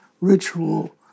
ritual